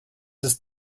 ist